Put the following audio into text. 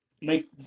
make